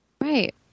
Right